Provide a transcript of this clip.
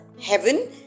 heaven